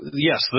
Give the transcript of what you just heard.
yes